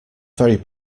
very